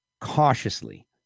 cautiously